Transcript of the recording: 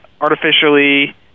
artificially